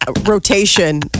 rotation